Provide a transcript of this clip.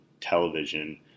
television